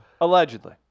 Allegedly